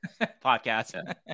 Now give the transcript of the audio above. podcast